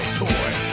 toy